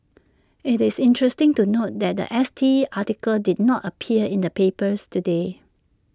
IT is interesting to note that The S T article did not appear in the papers today